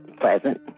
pleasant